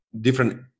different